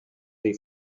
dei